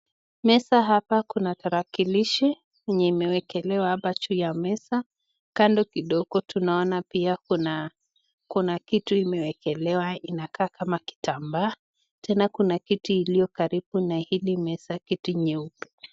Meza hapa kuna tarakilishi yenye imewekelewa hapa juu ya meza. Kando kidogo tunaona pia kuna kitu imewekelewa inakaa kama kitambaa. Tena kuna kiti iliyo karibu na hili meza, kiti nyeupe.